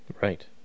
right